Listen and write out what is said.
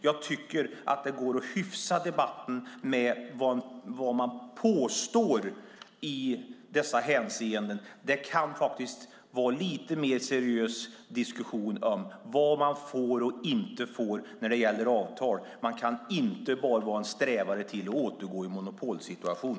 Jag tycker att man ska hyfsa debatten när det gäller vad man påstår i dessa hänseenden. Det skulle kunna vara en lite mer seriös diskussion om vad man får och inte får när det gäller avtal. Man kan inte bara sträva mot att återgå i en monopolsituation.